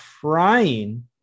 crying